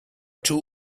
too